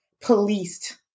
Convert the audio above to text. policed